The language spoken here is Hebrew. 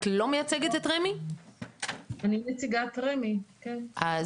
את לא מייצגת את רמ"י?